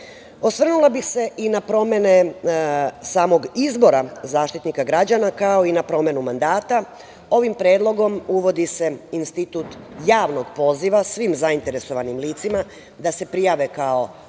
građana. Osvrnula bih se i na promene samog izbora Zaštitnika građana, kao i na promenu mandata, i ovim predlogom uvodi se institut javnog poziva svim zainteresovanim licima da se prijave kao